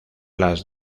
las